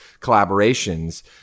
collaborations